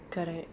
correct